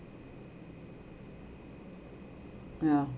yeah